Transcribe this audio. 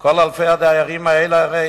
כל אלפי הדיירים האלה הרי